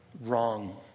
wrong